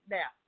Now